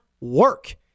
work